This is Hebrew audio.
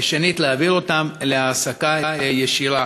2. להעביר אותן להעסקה ישירה,